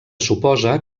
suposa